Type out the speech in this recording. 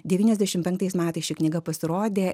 devyniasdešimt penktais metais ši knyga pasirodė